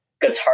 Guitar